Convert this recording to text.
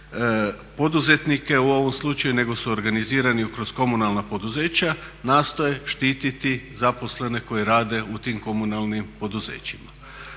poduzetnike u ovom slučaju nego su organizirana kroz komunalna poduzeća, nastoje štititi zaposlene koji radi u tim komunalnim poduzećima.